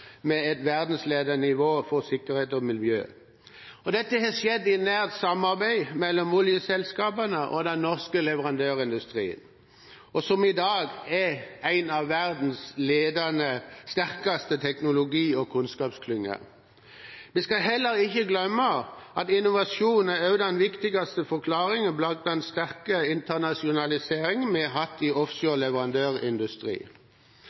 med et verdensledende nivå for sikkerhet og miljø. Dette har skjedd i nært samarbeid mellom oljeselskapene og den norske leverandørindustrien, som i dag er en av verdens sterkeste teknologi- og kunnskapsklynger. Vi skal heller ikke glemme at innovasjon også er den viktigste forklaringen bak den sterke internasjonaliseringen vi har hatt i